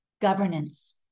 governance